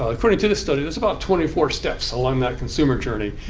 according to this study, there's about twenty four steps along that consumer journey.